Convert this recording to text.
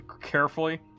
carefully